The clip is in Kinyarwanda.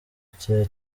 cye